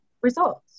results